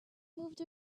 moved